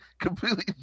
completely